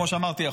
כמו שאמרתי,